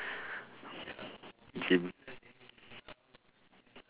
gym